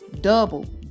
double